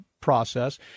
process